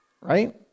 right